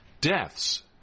Deaths